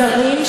זרים,